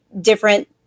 different